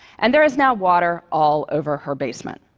and there is now water all over her basement.